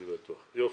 אני בטוח, יופי.